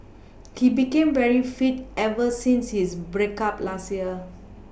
he became very fit ever since his break up last year